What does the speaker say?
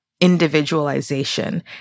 individualization